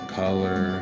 color